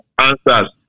answers